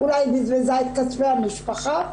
אולי בזבזה את כספי המשפחה.